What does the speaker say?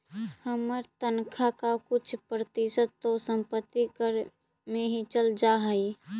हमर तनख्वा का कुछ प्रतिशत तो संपत्ति कर में ही चल जा हई